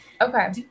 Okay